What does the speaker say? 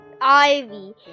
ivy